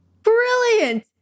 brilliant